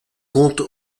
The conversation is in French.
compte